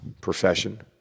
profession